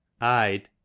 Id